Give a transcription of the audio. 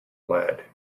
lead